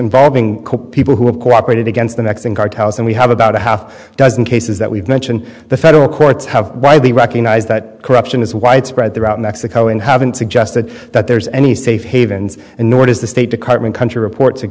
involving people who have cooperated against the next in cartels and we have about a half dozen cases that we've mentioned the federal courts have by the recognize that corruption is widespread throughout mexico and haven't suggested that there's any safe havens and nor does the state department country reports